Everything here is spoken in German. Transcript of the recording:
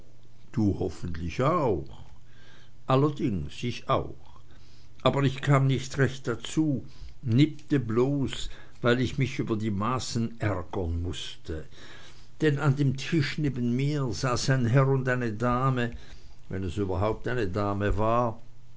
du hoffentlich auch allerdings ich auch aber ich kam nicht recht dazu nippte bloß weil ich mich über die maßen ärgern mußte denn an dem tische neben mir saß ein herr und eine dame wenn es überhaupt eine dame war